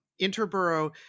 Interborough